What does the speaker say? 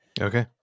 Okay